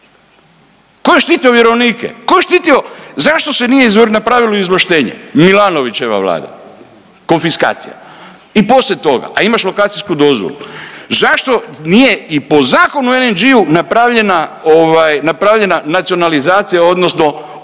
Tko je štitio? Zašto se nije napravilo izvlaštenje? Milanovićeva Vlada, konfiskacija. I poslije toga. A imaš lokacijsku dozvolu. Zašto nije i po Zakonu o LNG-u napravljena nacionalizacija odnosno otkup